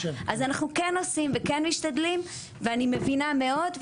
אז אנחנו כן עושים וכן משתדלים ואני מבינה מאוד,